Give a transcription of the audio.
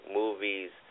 movies